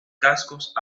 cascos